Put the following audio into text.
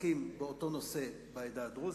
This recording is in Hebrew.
העוסקים באותו נושא בעדה הדרוזית,